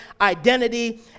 identity